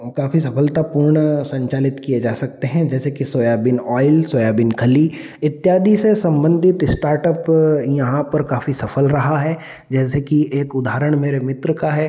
काफ़ी सफलतापूर्ण संचालित किए जा सकते हैं जैसे कि सोयाबीन ऑइल सोयाबीन खली इत्यादि से सम्बंधित स्टार्टअप यहाँ पर काफ़ी सफ़ल रहा है जैसे कि एक उदहारण मेरे मित्र का है